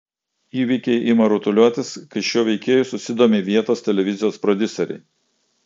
įvykiai ima rutuliotis kai šiuo veikėju susidomi vietos televizijos prodiuseriai